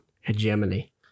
Hegemony